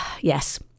yes